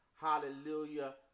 hallelujah